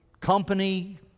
Company